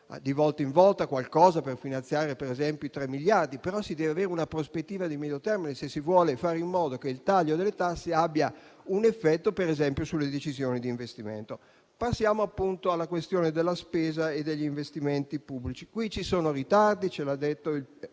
in volta si trova un modo per finanziare, ad esempio, i tre miliardi, ma si deve avere una prospettiva di medio termine se si vuole fare in modo che il taglio delle tasse abbia un effetto, ad esempio, sulle decisioni di investimento. Venendo alla questione della spesa e degli investimenti pubblici, ci sono dei ritardi, come ci ha detto la